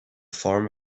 farm